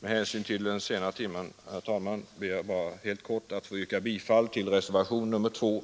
Med hänsyn till den sena timmen skall jag nöja mig med detta och ber, herr talman, att få yrka bifall till reservationen 2.